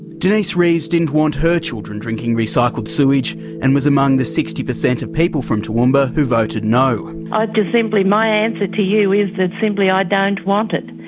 denice reeves didn't want her children drinking recycled sewage and was among the sixty percent of people from toowoomba who voted no. i'd just simply, my answer to you is that simply i don't want it.